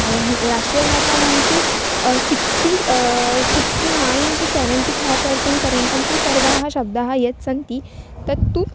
नाम हि राष्ट्रियभाषायां तु sixty sixty nine to seventy five percent पर्यन्तं तु सर्वाः शब्दाः यत् सन्ति तत्तु